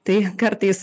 tai kartais